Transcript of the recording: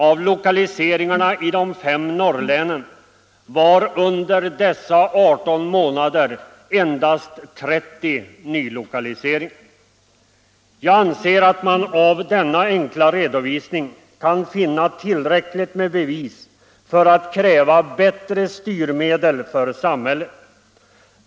Av lokaliseringarna i de fem norrlänen var under dessa 18 månader endast 30 nylokaliseringar. Jag anser att man i denna enkla redovisning kan finna tillräckligt med bevis för att kräva bättre styrmedel för samhället.